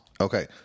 Okay